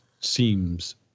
seems